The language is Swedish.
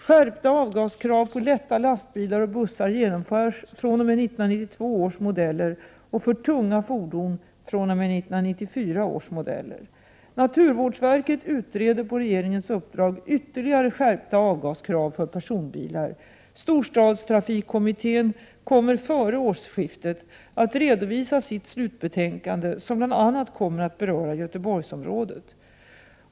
Skärpta avgaskrav på lätta lastbilar och bussar genomförs fr.o.m. 1992 års modeller och för tunga fordon fr.o.m. 1994 års modeller. Naturvårdsverket utreder på regeringens uppdrag ytterligare skärpta avgaskrav för personbilar. Storstadstrafikkommittén kommer före årsskiftet att redovisa sitt slutbetänkande, som bl.a. kommer att beröra Göteborgsområdet.